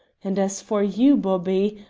and as for you, bobby!